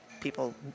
people